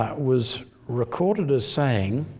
ah was recorded as saying